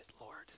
Lord